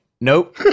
nope